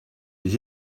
les